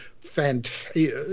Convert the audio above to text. fantastic